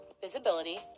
visibility